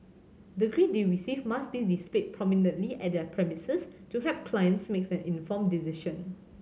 the grade they receive must be displayed prominently at their premises to help clients makes an informed decision